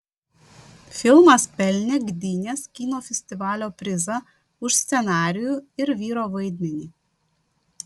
filmas pelnė gdynės kino festivalio prizą už scenarijų ir vyro vaidmenį